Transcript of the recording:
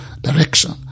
direction